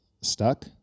stuck